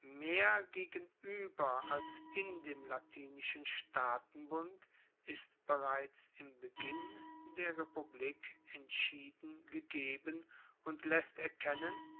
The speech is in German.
mehr gegenueber als in dem latinischen staatenbund ist bereits im beginn der republik entschieden gegeben und laesst erkennen